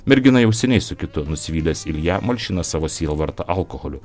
mergina jau seniai su kitu nusivylęs ilja malšina savo sielvartą alkoholiu